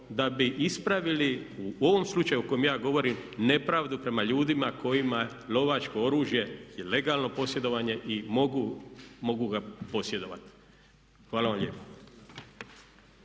da bi ispravili u ovom slučaju o kojem ja govorim nepravdu prema ljudima kojima lovačko oružje je legalno posjedovanje i mogu ga posjedovati. Hvala vam lijepa.